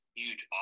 huge